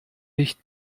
licht